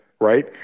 right